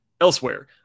Elsewhere